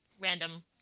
random